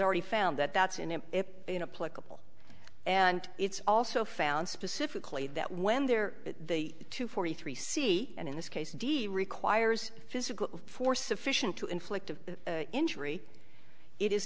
already found that that's in it in a political and it's also found specifically that when there the two forty three c and in this case d requires physical force sufficient to inflict the injury i